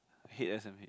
I hate s_m_h